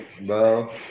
bro